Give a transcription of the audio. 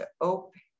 open